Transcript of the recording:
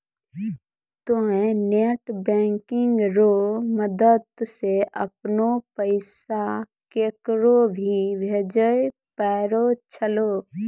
तोंय net banking रो मदद से अपनो पैसा केकरो भी भेजै पारै छहो